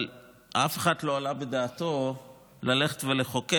אבל אף אחד לא העלה בדעתו ללכת ולחוקק